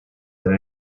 than